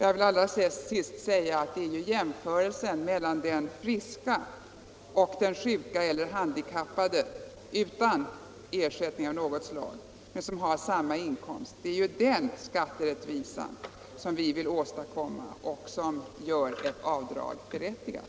Jag vill allra sist framhålla att vi strävar efter att åstadkomma skatterättvisa mellan den friska människan och den sjuka eller handikappade med samma inkomst men utan ersättning av något slag för havda merkostnader. För att åstadkomma sådan skatterättvisa krävs vidgad avdragsrätt.